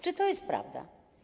Czy to jest prawda?